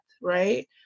right